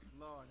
Lord